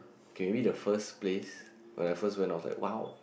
okay maybe the first place when I first went I was like !wow!